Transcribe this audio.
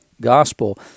gospel